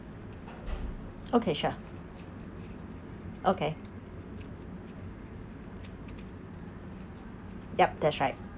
okay sure okay yup that's right